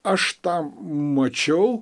aš tą mačiau